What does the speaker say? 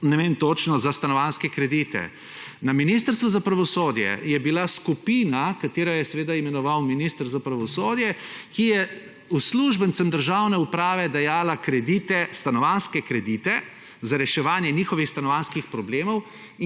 ne vem točno, za stanovanjske kredite. Na ministrstvu za pravosodje je bila skupina katero je imenoval minister za pravosodje, ki je uslužbencem državne uprave dajala kredite, stanovanjske kredite za reševanje njihovih stanovanjskih problemov